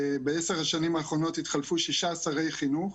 בעשר השנים האחרונות התחלפו שישה שרי חינוך,